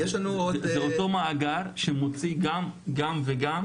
זה אותו מאגר שמוציא גם וגם?